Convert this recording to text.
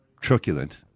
truculent